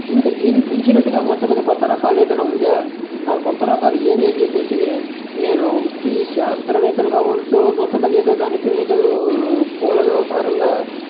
ఇంక దీనికి మించినట్టుగా మొత్తం మీద కొత్త రకాలు ఏదన్న ఉందా ఆ కొత్త రకాలు ఏవి అని చెప్పేసి అని నేను ఈ శాస్త్రవేత్తలు కావొచ్చు మొత్తం మీద ఏదో దానికి ఏదో పూల వ్యవహారంగా